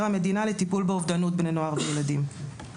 המדינה לטיפול באובדנות בני נוער וילדים.